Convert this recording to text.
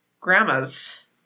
grandma's